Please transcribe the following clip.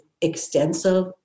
extensive